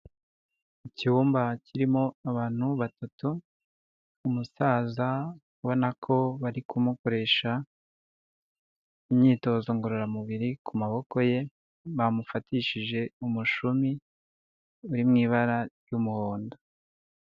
Icyumba kirimo abantu batatu. Umusaza ubona ko bari kumukoresha imyitozo ngororamubiri. Ku maboko ye, bamufatishije umushumi uri mu ibara ry'umuhondo.